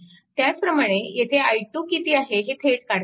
त्याचप्रमाणे येथे i2 किती आहे हे थेट काढता येते